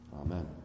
Amen